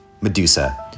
Medusa